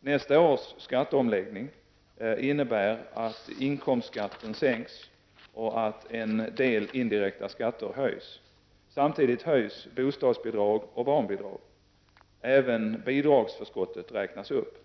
Nästa års skatteomläggning innebär att inkomstskatten sänks och att en del indirekta skatter höjs. Samtidigt höjs bostadsbidrag och barnbidrag. Även bidragsförskottet räknas upp.